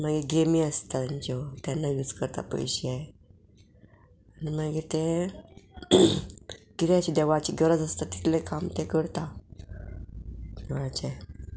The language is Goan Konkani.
मागीर गेमी आसता तेंच्यो तेन्ना यूज करता पयशे आनी मागीर ते कितें अशें देवाची गरज आसता तितले काम ते करता देवळाचे